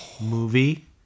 movie